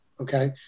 Okay